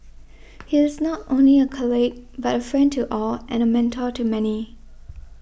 he is not only a colleague but a friend to all and a mentor to many